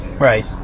Right